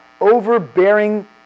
overbearing